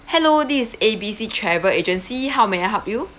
hello this is A B C travel agency how may I help you